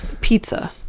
Pizza